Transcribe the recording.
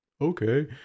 Okay